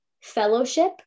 fellowship